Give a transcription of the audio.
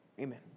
Amen